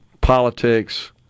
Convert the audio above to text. politics